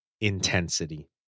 intensity